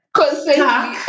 constantly